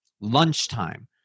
Lunchtime